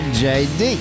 jd